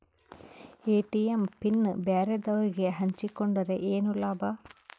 ATM PIN ಬ್ಯಾರೆದವರಗೆ ಹಂಚಿಕೊಂಡರೆ ಏನು ಲಾಭ?